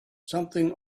something